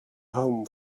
home